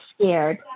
scared